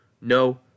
No